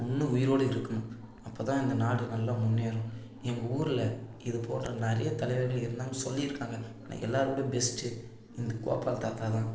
இன்னும் உயிரோட இருக்கணும் அப்போ தான் இந்த நாடு நல்லா முன்னேறும் எங்கள் ஊரில் இது போன்ற நிறைய தலைவர்கள் இருந்தாங்கன்னு சொல்லிருக்காங்கள் ஆனால் எல்லாரோடையும் பெஸ்ட்டு இந்த கோபால் தாத்தா தான்